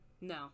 No